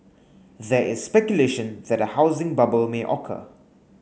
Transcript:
there is speculation that a housing bubble may occur